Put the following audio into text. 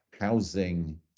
housing